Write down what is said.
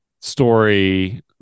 Story